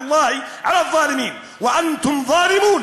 קללת אלוהים על ראש בני העוולה, ואתם בני עוולה).